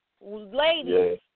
ladies